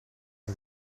het